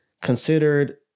considered